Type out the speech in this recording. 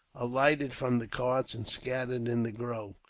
alighted from the carts and scattered in the grove.